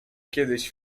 kiedyś